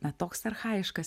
na toks archajiškas